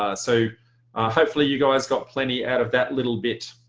ah so hopefully you guys got plenty out of that little bit.